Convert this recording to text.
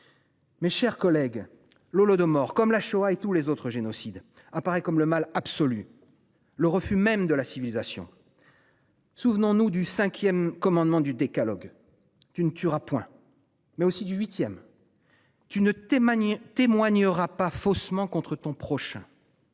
Mes chers collègues, l'Holodomor comme la Shoah et tous les autres génocides apparaît comme le mal absolu. Le refus même de la civilisation. Souvenons-nous du 5ème commandement du Décalogue tu ne tueras point met aussi du 8ème. Tu ne t'. Témoignera pas faussement contre ton prochain.